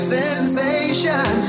sensation